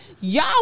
Y'all